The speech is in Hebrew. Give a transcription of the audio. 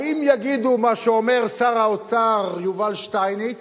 האם יגידו מה שאומר שר האוצר יובל שטייניץ,